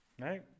Right